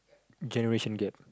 generation gap